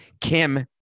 Kim